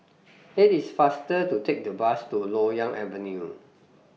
IT IS faster to Take The Bus to Loyang Avenue